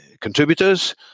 contributors